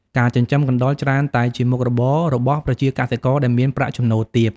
ការចិញ្ចឹមកណ្តុរច្រើនតែជាមុខរបររបស់ប្រជាកសិករដែលមានប្រាក់ចំណូលទាប។